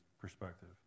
perspective